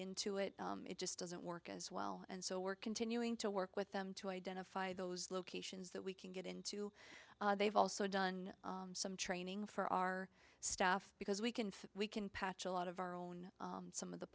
into it it just doesn't work as well and so we're continuing to work with them to identify those locations that we can get into they've also done some training for our staff because we can we can patch a lot of our own some